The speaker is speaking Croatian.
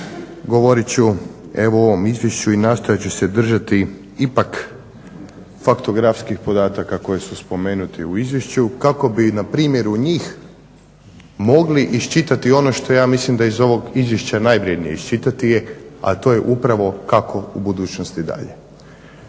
Govorit ću evo u ovom izvješću i nastojat ću se držati ipak faktografskih podataka koji su spomenuti u izvješću kako bi na primjeru njih mogli iščitati ono što ja mislim da iz ovog izvješća najvrjednije iščitati a to je upravo kako u budućnosti dalje.